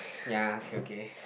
ya okay okay